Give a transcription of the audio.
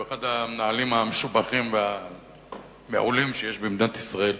והוא אחד המנהלים המשובחים והמעולים שיש במדינת ישראל,